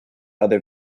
other